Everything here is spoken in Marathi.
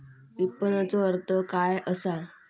विपणनचो अर्थ काय असा?